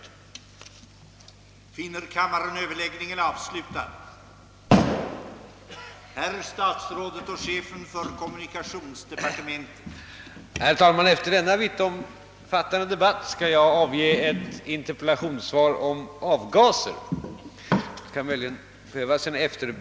Ordet lämnades på begäran till Chefen för kommunikationsdeparte